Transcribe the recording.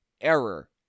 error